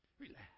Relax